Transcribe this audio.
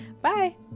Bye